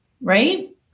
right